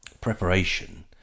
preparation